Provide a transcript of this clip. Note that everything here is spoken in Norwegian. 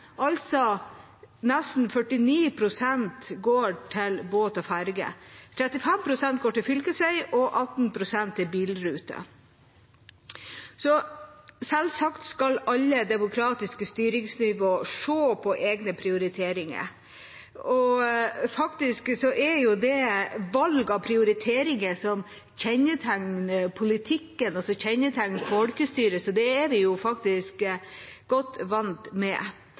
altså nesten 47 pst. til båt og ferger – 35 pst. til fylkesvei og 18 pst. til bilruter. Selvsagt skal alle demokratiske styringsnivå se på egne prioriteringer. Faktisk er det valg av prioriteringer som kjennetegner politikken, og som kjennetegner folkestyret. Det er vi faktisk godt vant med.